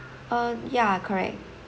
uh yeah correct